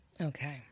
okay